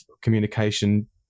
communication